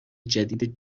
جدید